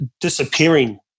disappearing